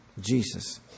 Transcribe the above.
Jesus